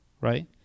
right